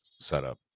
setup